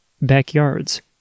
backyards